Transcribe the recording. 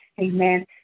Amen